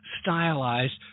stylized